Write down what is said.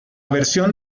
versión